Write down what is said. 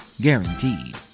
Guaranteed